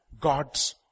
God's